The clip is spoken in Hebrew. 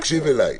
תקשיב רגע,